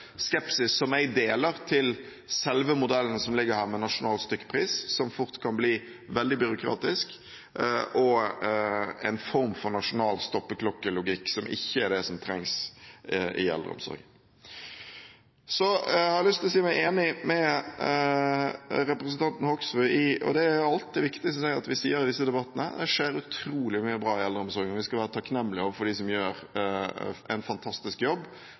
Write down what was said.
skepsis, som jeg deler, til selve modellen som ligger her med nasjonal stykkpris, som fort kan bli veldig byråkratisk og en form for nasjonal stoppeklokkelogikk som ikke er det som trengs i eldreomsorgen. Så har jeg lyst til å si meg enig med representanten Hoksrud i – og det synes jeg alltid er viktig at vi sier i disse debattene – at det skjer utrolig mye bra i eldreomsorgen, og vi skal være takknemlige overfor dem som gjør en fantastisk jobb,